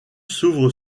s’ouvre